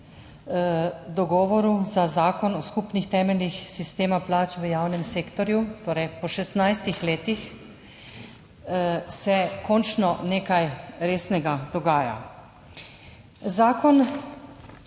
dogovoru za Zakon o skupnih temeljih sistema plač v javnem sektorju. Torej, po 16 letih se končno nekaj resnega dogaja. Zakon